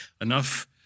enough